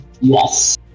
Yes